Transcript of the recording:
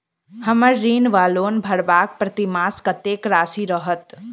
हम्मर ऋण वा लोन भरबाक प्रतिमास कत्तेक राशि रहत?